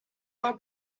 por